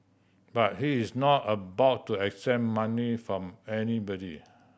but he is not about to accept money from anybody